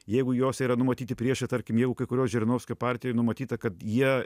jeigu jose yra numatyti priešai tarkim jeigu kai kurioj žirinovskio partijoj numatyta kad jie